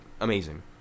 amazing